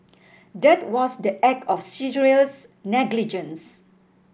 that was the act of serious negligence